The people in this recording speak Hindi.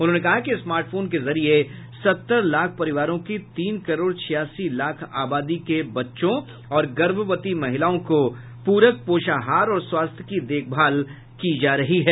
उन्होंने कहा कि स्मार्टफोन के जरिए सत्तर लाख परिवारों की तीन करोड़ छियासी लाख आबादी के बच्चों और गर्भवती महिलाओं को पूरक पोषाहार और स्वास्थ्य की देखभाल की जा रही हैं